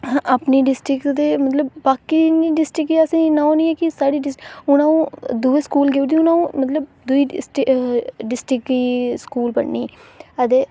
अपनी डिस्ट्रिक्ट ते मतलब अपनी डिस्ट्रिक्ट च असें ओह् निं ऐ की साढ़ी डिस्ट्रिक्ट हून अं'ऊ दूऐ स्कूल गेई ओड़दी हून अं'ऊ दूई डिस्ट्रिक्ट गी स्कूल पढ़नी ते